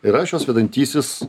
ir aš jos vedantysis